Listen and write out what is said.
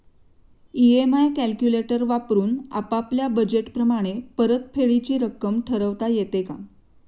EMI calculator वापरून आपापल्या budget प्रमाणे परतफेडीची रक्कम ठरवता येते का?